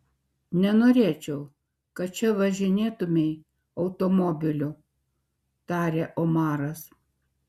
nenorėčiau kad čia važinėtumei automobiliu tarė omaras